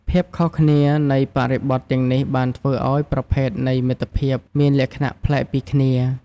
ភាពខុសគ្នានៃបរិបទទាំងនេះបានធ្វើឱ្យប្រភេទនៃមិត្តភាពមានលក្ខណៈប្លែកពីគ្នា។